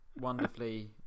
wonderfully